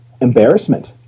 embarrassment